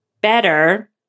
better